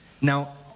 Now